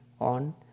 on